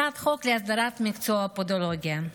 הצעת חוק להסדרת מקצוע הפודולוגיה.